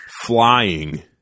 flying